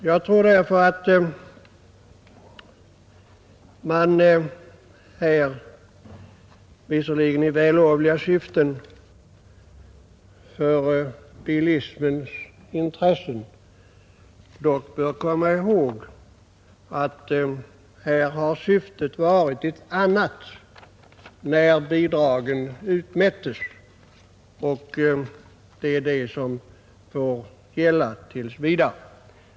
Jag tror därför att man i det i och för sig vällovliga nitet att tillvarata bilisternas intressen bör komma ihåg att syftet här har varit ett annat när bidragen utmättes och det är det som får gälla tills vidare.